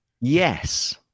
Yes